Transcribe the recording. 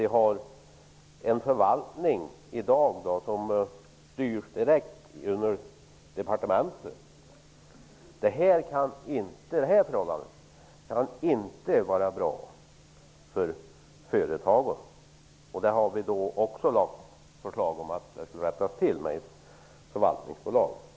De har en förvaltning som styr direkt under departementen. Detta förhållande kan inte vara bra för företagen. Vi har därför lagt fram förslag om att detta skall rättas till genom ett förvaltningsbolag.